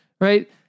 right